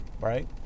Right